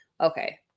okay